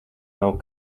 nav